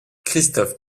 christophe